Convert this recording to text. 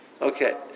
Okay